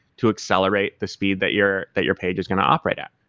to accelerate the speed that your that your page is going to operate at.